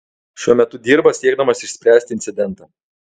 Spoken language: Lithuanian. šiuo metu dirba siekdamas išspręsti incidentą